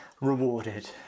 rewarded